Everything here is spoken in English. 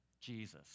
Jesus